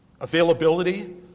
availability